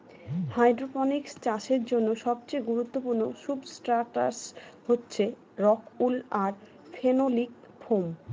hydroponics চাষের জন্য সবচেয়ে গুরুত্বপূর্ণ সুবস্ট্রাটাস হচ্ছে রক উল আর ফেনোলিক ফোম